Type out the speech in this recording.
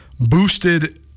boosted